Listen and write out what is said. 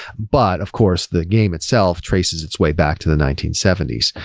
but, of course, the game itself traces its way back to the nineteen seventy s.